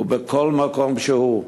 ובכל מקום שהוא.